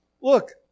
look